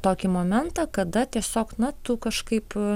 tokį momentą kada tiesiog na tu kažkaip